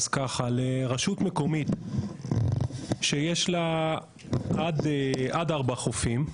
לרשות מקומית שיש לה עד ארבעה חופים,